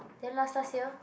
then last last year